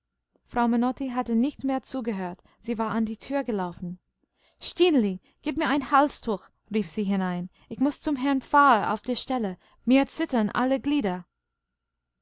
frau menotti hatte nicht mehr zugehört sie war an die tür gelaufen stineli gib mir ein halstuch rief sie hinein ich muß zum herrn pfarrer auf der stelle mir zittern alle glieder